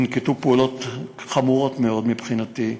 ננקטו פעולות חמורות מאוד מבחינתי.